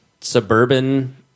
suburban